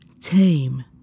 tame